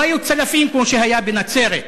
לא היו צלפים כמו שהיו בנצרת,